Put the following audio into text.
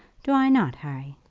do i not, harry?